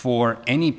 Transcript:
for any